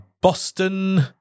Boston